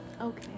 Okay